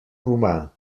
romà